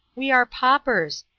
we are paupers!